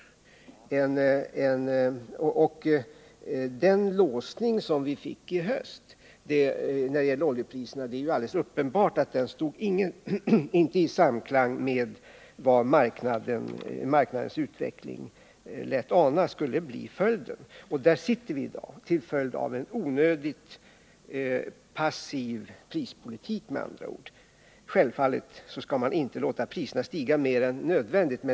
Det är uppenbart att den låsning som vi fick i höstas när det gällde oljepriserna inte stod i samklang med vad marknadens utveckling lät ana skulle bli följden. Där sitter vi i dag, till följd av en onödigt passiv prispolitik. Man skall självfallet inte låta priserna stiga mer än nödvändigt.